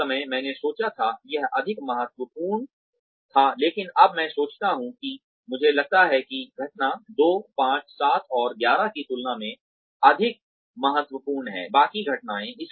उस समय मैंने सोचा था यह अधिक महत्वपूर्ण था लेकिन अब मैं सोचता हूं कि मुझे लगता है कि घटना 2 5 7 और 11 की तुलना में अधिक महत्वपूर्ण है बाकी घटनाएं